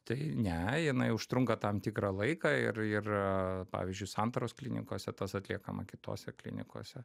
tai ne jinai užtrunka tam tikrą laiką ir ir pavyzdžiui santaros klinikose tas atliekama kitose klinikose